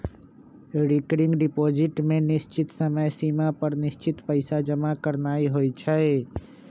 recurring deposit में निश्चित समय सिमा पर निश्चित पइसा जमा करानाइ होइ छइ